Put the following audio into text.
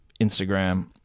Instagram